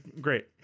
great